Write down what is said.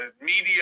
media